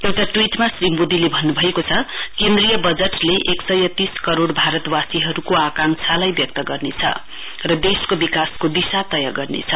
एउटा ट्वीटमा श्री मोदीले भन्नुभएको छ केन्द्रीय बजटले एक सय तीस करोड़ भारतवासीहरूको आकांक्षालाई व्यक्त गर्नेछ र देशको विकासको दिशा तय गर्नेछ